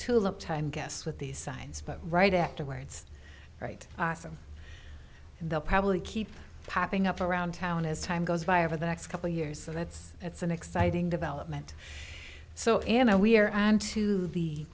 tulip time guess with the signs but right afterwards right awesome they'll probably keep popping up around town as time goes by over the next couple years so that's that's an exciting development so am i we're on to the